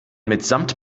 mitsamt